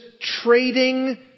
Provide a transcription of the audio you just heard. trading